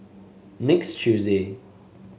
next tuesday